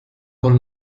con